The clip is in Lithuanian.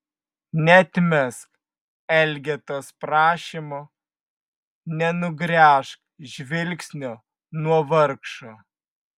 neatmesk elgetos prašymo nenugręžk žvilgsnio nuo vargšo